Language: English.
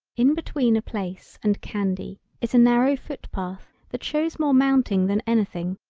in between a place and candy is a narrow foot-path that shows more mounting than anything,